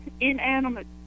inanimate